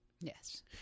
yes